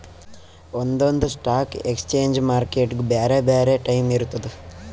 ಒಂದೊಂದ್ stock exchange ಮಾರ್ಕೆಟ್ಗ್ ಬ್ಯಾರೆ ಬ್ಯಾರೆ ಟೈಮ್ ಇರ್ತದ್